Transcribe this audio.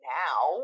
now